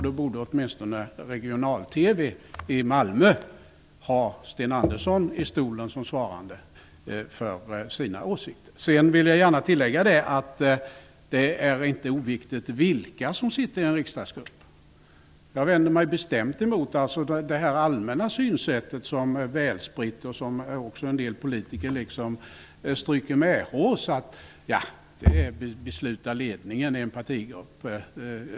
Då borde åtminstone regional-TV i Malmö ha Sten Andersson i stolen som svarade för sina åsikter. Jag vill gärna tillägga att det inte är oviktigt vilka som sitter i en riksdagsgrupp. Jag vänder mig bestämt emot det allmänna synsätt som är väl spritt och som en del politiker stryker medhårs och säger: Det är ledningen i riksdagsgruppen som beslutar.